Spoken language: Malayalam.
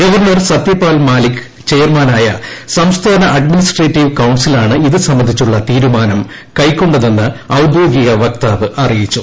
ഗവർണർ സത്യപാൽ മാലിക് ചെയർമാനായ സംസ്ഥാന അഡ്മിനിസ്ട്രേറ്റീവ് കൌൺസിലാണ് ഇത് സംബന്ധിച്ചുള്ള തീരുമാനം കൈക്കൊണ്ടതെന്ന് ഒദ്യോഗിക വക്താവ് അറിയിച്ചു